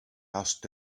asked